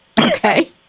Okay